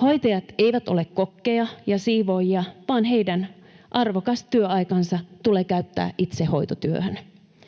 Hoitajat eivät ole kokkeja ja siivoojia, vaan heidän arvokas työaikansa tulee käyttää itse hoitotyöhön.